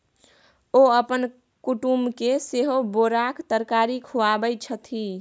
ओ अपन कुटुमके सेहो बोराक तरकारी खुआबै छथि